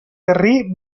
garrí